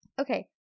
Okay